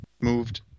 moved